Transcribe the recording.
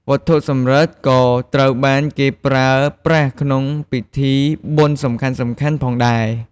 វត្ថុសំរឹទ្ធិក៏ត្រូវបានគេប្រើប្រាស់ក្នុងពិធីបុណ្យសំខាន់ៗផងដែរ។